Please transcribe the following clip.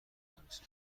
عروسی